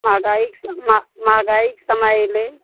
महगाइके महगाइके समय अएलै